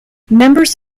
members